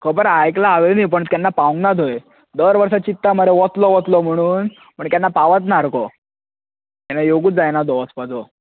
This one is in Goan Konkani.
खबर आसा आयकला हांवेंनूय पूण केन्ना पावूंक ना थंय दर वर्सा चिंत्ता मरे वतलो वतलो म्हणून पूण केन्ना पावच ना सारको केन्ना योगूच जायना तो वचपाचो